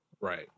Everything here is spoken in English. Right